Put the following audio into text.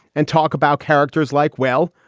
and talk about characters like, well,